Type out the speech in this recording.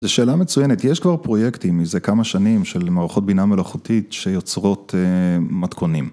זו שאלה מצוינת, יש כבר פרויקטים, איזה כמה שנים, של מערכות בינה מלאכותית, שיוצרות מתכונים.